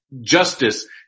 justice